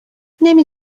نمی